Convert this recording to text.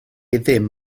ddim